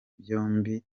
byombi